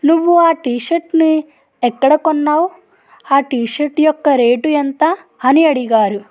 నువ్వు ఆ టీషర్ట్ని ఎక్కడ కొన్నావు ఆ టీషర్ట్ యొక్క రేటు ఎంత అని అడిగారు